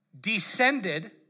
descended